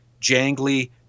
jangly